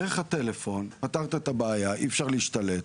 דרך הטלפון, פתרת את הבעיה, אי אפשר להשתלט.